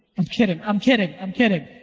and kidding. i'm kidding. i'm kidding.